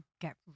get